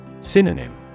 Synonym